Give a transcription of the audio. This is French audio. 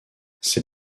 ces